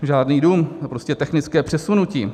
Žádný dům, prostě technické přesunutí.